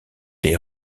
des